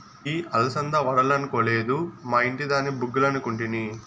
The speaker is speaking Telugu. ఇయ్యి అలసంద వడలనుకొలేదు, మా ఇంటి దాని బుగ్గలనుకుంటిని